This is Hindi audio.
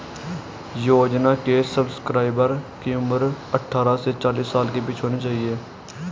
योजना के सब्सक्राइबर की उम्र अट्ठारह से चालीस साल के बीच होनी चाहिए